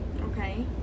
Okay